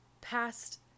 past